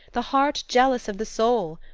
the heart jealous of the soul!